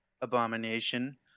abomination